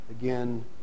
Again